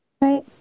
Right